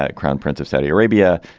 ah crown prince of saudi arabia,